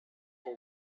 for